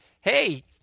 Hey